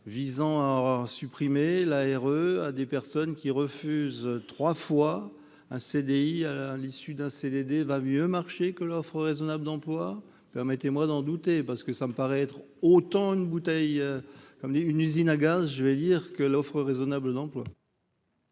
visant à supprimer l'ARE à des personnes qui refusent 3 fois un CDI à l'issue d'un CDD va mieux marcher que l'offre raisonnable d'emploi, permettez-moi d'en douter, parce que ça me paraît être autant une bouteille comme dit une usine à gaz, je vais lire que l'offre raisonnable d'emploi.